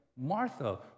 Martha